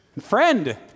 Friend